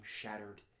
shattered